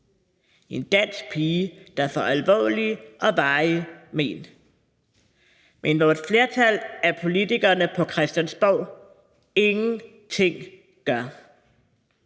en dansk pige, der får alvorlige og varige men, men hvor et flertal af politikerne på Christiansborg ingenting gør.